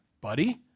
buddy